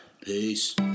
Peace